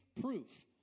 proof